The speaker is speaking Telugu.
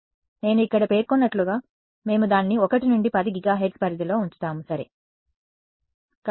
కాబట్టి నేను ఇక్కడ పేర్కొన్నట్లుగా మేము దానిని 1 నుండి 10 గిగాహెర్ట్జ్ పరిధిలో ఉంచుతాము సరే విద్యార్థి టెరాహెర్ట్జ్ గురించి ఏమిటి